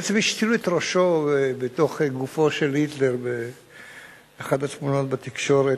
בעצם השתילו את ראשו בתוך גופו של היטלר באחת התמונות בתקשורת.